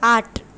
আট